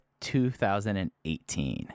2018